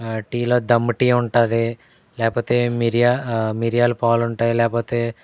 టీలో దమ్ టీ ఉంటుంది లేకపోతే మిరియా మిరియాల పాలుంటాయి లేకపోతే